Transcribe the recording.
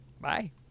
Bye